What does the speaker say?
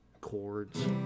chords